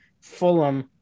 Fulham